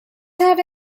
have